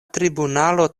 tribunalo